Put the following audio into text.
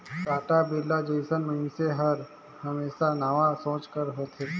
टाटा, बिरला जइसन मइनसे हर हमेसा नावा सोंच कर होथे